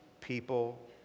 people